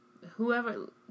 whoever